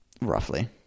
Roughly